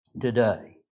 today